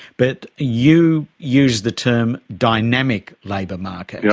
but you use the term dynamic labour market. yeah